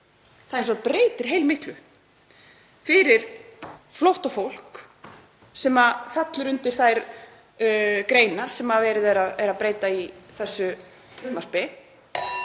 Það hins vegar breytir heilmiklu fyrir flóttafólk sem fellur undir þær greinar sem verið er að breyta í þessu frumvarpi.